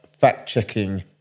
fact-checking